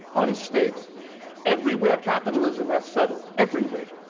unstable everywhere capitalism has settled everywhere,